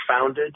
founded